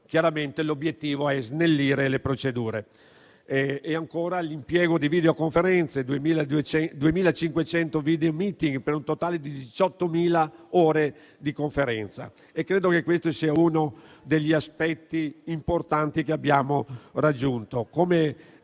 Chiaramente l'obiettivo è snellire le procedure. Ancora, segnalo l'impiego di videoconferenze: 2.500 *video meeting* per un totale di 18.000 ore di conferenza. Credo che questo sia uno degli aspetti importanti che abbiamo raggiunto. Come